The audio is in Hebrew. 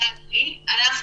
אנחנו